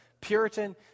Puritan